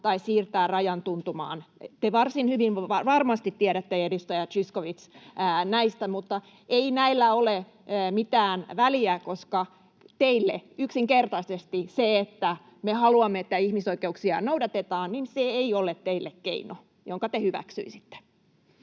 tai siirtää rajan tuntumaan. Te varsin hyvin varmasti tiedätte, edustaja Zyskowicz, näistä, mutta ei näillä ole mitään väliä, koska yksinkertaisesti se, että me haluamme, että ihmisoikeuksia noudatetaan, ei ole teille keino, jonka te hyväksyisitte.